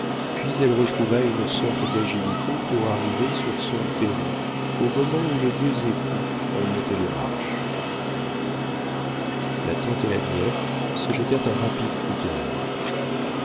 puis elle retrouva une sorte d'agilité pour arriver sur son perron au moment où les deux époux en montaient les marches la tante et la nièce se jetèrent un rapide coup d'œil